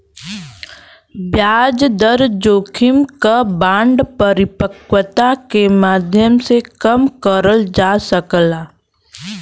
ब्याज दर जोखिम क बांड परिपक्वता के माध्यम से कम करल जा सकला